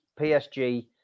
PSG